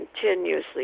continuously